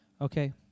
Okay